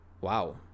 wow